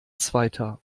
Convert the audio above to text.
zweiter